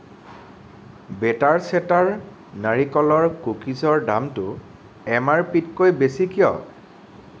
better ছেটাৰ নাৰিকলৰ কুকিছৰ দামটো এমআৰপিতকৈ বেছি কিয়